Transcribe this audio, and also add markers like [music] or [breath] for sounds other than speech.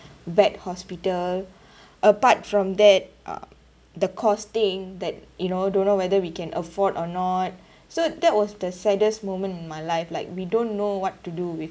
vet hospital [breath] apart from that uh the costing that you know don't know whether we can afford or not so that was the saddest moment in my life like we don't know what to do with